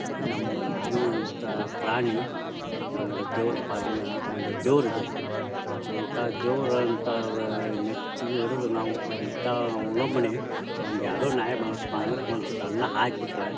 ನಮ್ಮ ನಾಯಿಯಂಥ ಪ್ರಾಣಿ ನನಗೆ ದೇವ್ರ ಪಾಲಿನ ಒಂದು ದೇವ್ರು ಇದ್ದಂತೆ ಅಂಥ ದೇವ್ರಂಥ ಅದು ನೆಚ್ಚಿಗೆ ಇರೋದು ನಾವು ಅಂಥ ಅವಲಂಬನೆ ಒಂದು ಯಾವುದೋ ನಾಯಿ ಬಂದತ್ಪ ಅಂದ್ರೆ ಒಂದು ತುತ್ತು ಅನ್ನ ಹಾಕ್ಬಿಟ್ರೆ